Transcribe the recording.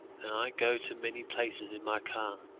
and i go to many places in my car.